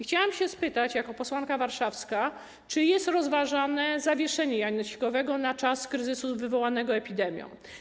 Chciałam spytać jako posłanka warszawska, czy jest rozważane zawieszenie janosikowego na czas kryzysu wywołanego epidemią.